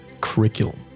curriculum